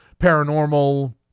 paranormal